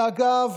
זה, אגב,